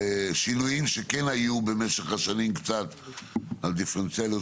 ושינויים שכן היו במשך השנים קצת על דיפרנציאליות